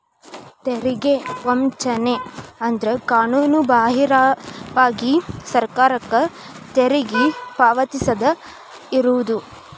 ತೆರಿಗೆ ವಂಚನೆ ಅಂದ್ರ ಕಾನೂನುಬಾಹಿರವಾಗಿ ಸರ್ಕಾರಕ್ಕ ತೆರಿಗಿ ಪಾವತಿಸದ ಇರುದು